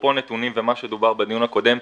אפרופו נתונים ומה שדובר בדיון הקודם,